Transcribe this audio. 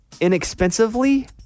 inexpensively